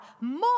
more